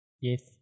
Yes